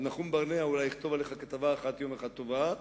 אז נחום ברנע אולי יכתוב עליך יום אחד כתבה אחת טובה,